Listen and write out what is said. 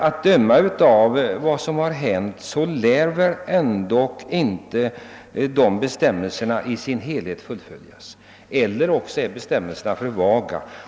Att döma av vad som har hänt lär dock inte bestämmelserna i sin helhet följas, eller också är bestämmelserna för vaga.